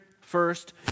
first